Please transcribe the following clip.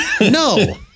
No